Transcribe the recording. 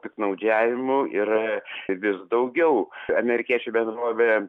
piktnaudžiavimų yra vis daugiau amerikiečių bendrovė